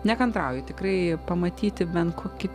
nekantrauju tikrai pamatyti bent kokį